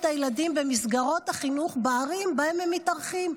הילדים במסגרות החינוך בערים שבהן הם מתארחים,